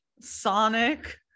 sonic